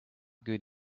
good